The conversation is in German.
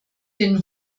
den